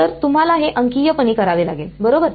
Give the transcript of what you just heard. तर तुम्हाला हे अंकीयपणे करावे लागेल बरोबर